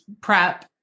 prep